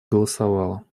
голосовала